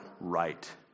right